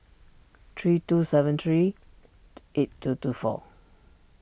three two seven three eight two two four